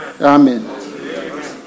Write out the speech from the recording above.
Amen